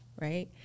right